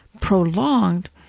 prolonged